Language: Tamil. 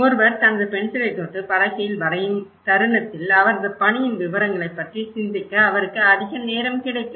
ஒருவர் தனது பென்சிலைத் தொட்டு பலகையில் வரையும் தருணத்தில் அவரது பணியின் விவரங்களைப் பற்றி சிந்திக்க அவருக்கு அதிக நேரம் கிடைக்கும்